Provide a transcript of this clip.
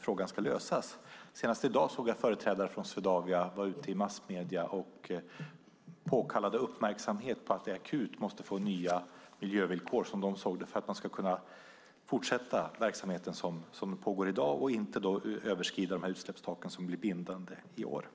fråga ska lösas. Senast i dag såg jag att företrädare för Swedavia var ute i massmedierna och påkallade uppmärksamhet på att man akut måste få nya miljövillkor för att kunna fortsätta verksamheten som pågår i dag och inte överskrida utsläppstaken som blir bindande i år.